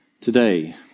today